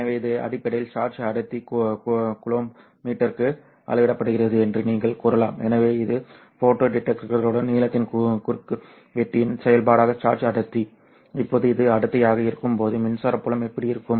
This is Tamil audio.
எனவே இது அடிப்படையில் சார்ஜ் அடர்த்தி கூலொம்ப் மீட்டருக்கு அளவிடப்படுகிறது என்று நீங்கள் கூறலாம் எனவே இது ஃபோட்டோ டிடெக்டருடன் நீளத்தின் குறுக்குவெட்டின் செயல்பாடாக சார்ஜ் அடர்த்தி இப்போது இது அடர்த்தியாக இருக்கும்போது மின்சார புலம் எப்படி இருக்கும்